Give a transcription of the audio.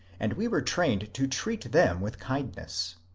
and we were trained to treat them with kind ness.